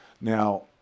Now